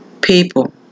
People